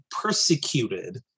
persecuted